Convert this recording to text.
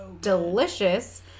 delicious